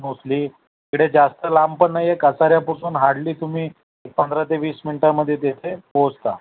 mostly इकडे जास्त लांब पण नाही आहे कसाऱ्यापासून हार्डली तुम्ही एक पंधरा ते वीस मिनटांमध्ये तेथे पोहोचता